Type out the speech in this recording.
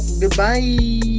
goodbye